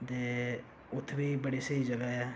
ते उत्थे बी बड़ी स्हेई जगह ऐ